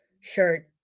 shirt